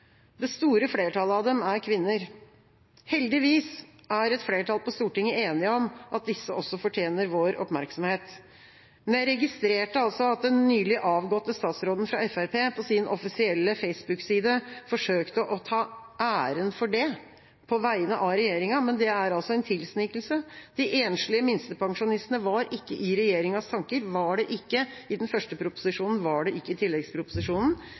Det store flertallet av dem er kvinner. Heldigvis er et flertall på Stortinget enig om at disse også fortjener vår oppmerksomhet. Jeg registrerte at den nylig avgåtte statsråden fra Fremskrittspartiet på sin offisielle Facebook-side forsøkte å ta æren for det, på vegne av regjeringa, men det er altså en tilsnikelse. De enslige minstepensjonistene var ikke i regjeringas tanker – de var det ikke i den første proposisjonen, og de var det ikke i tilleggsproposisjonen.